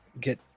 get